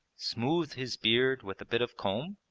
smoothed his beard with a bit of comb,